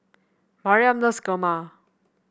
Mariam loves kurma